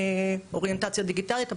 אוריינטציה דיגיטלית.